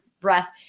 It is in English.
breath